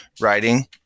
writing